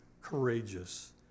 courageous